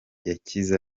yakize